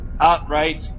outright